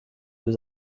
deux